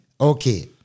Okay